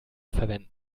verwenden